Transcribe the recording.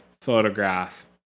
Photograph